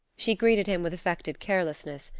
she greeted him with affected carelessness,